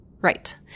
Right